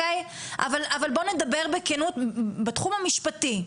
אבל בוא נדבר בכנות, בתחום המשפטי,